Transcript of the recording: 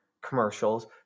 commercials